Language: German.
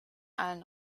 allen